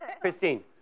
Christine